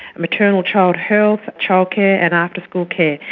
maternal child health, child care and after-school care.